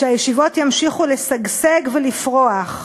שהישיבות ימשיכו לשגשג ולפרוח,